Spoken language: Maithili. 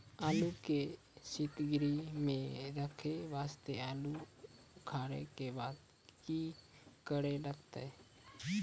आलू के सीतगृह मे रखे वास्ते आलू उखारे के बाद की करे लगतै?